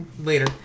later